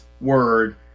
word